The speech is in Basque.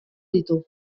ditu